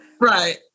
Right